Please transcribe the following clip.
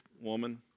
woman